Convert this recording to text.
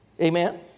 Amen